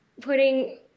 putting